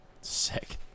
Sick